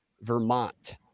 Vermont